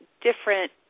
different